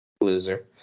loser